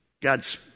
God's